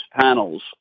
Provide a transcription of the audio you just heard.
panels